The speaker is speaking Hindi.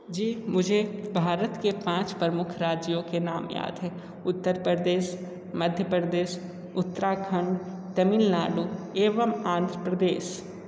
जी मुझे भारत के पांच प्रमुख राज्यों के नाम याद हैं उत्तर प्रदेश मध्य प्रदेश उत्तराखंड तमिल नाडु एवम आँध्र प्रदेश